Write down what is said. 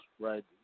right